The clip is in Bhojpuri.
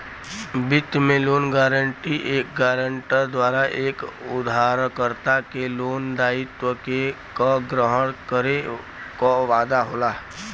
वित्त में लोन गारंटी एक गारंटर द्वारा एक उधारकर्ता के लोन दायित्व क ग्रहण करे क वादा होला